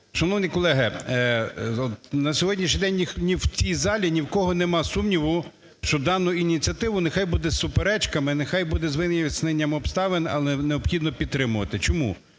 Шановні колеги, на сьогоднішній день в цій залі ні в кого нема сумніву, що дану ініціативу, нехай буде з суперечками, нехай буде з виясненням обставин, але необхідно підтримувати чому.